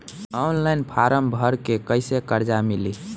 Online form भर के कैसे कर्जा मिली?